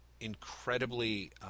incredibly